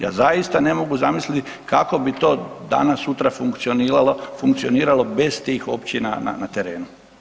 Ja zaista ne mogu zamisliti kako bi to danas sutra funkcioniralo bez tih općina na terenu.